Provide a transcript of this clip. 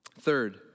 Third